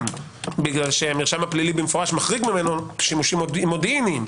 כי המרשם הפלילי מחריג ממנו שימושים מודיעיניים.